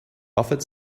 buffet